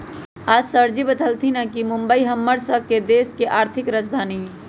आज सरजी बतलथिन ह कि मुंबई हम्मर स के देश के आर्थिक राजधानी हई